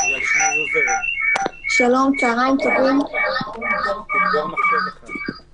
להצטרף אלי לליווי של אימהות וילדים ביומיום ואז תראו מה זה לא נורמלי.